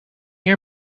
your